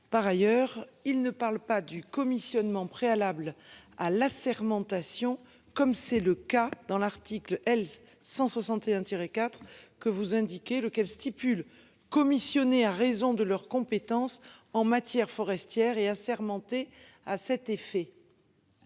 Par ailleurs, il ne parle pas du commissionnement en préalable à l'assermentation comme c'est le cas dans l'article L 161 tiré quatre que vous indiquez. Lequel stipule commissionné à raison de leur compétence en matière forestière et assermentés à cet effet.